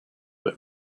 but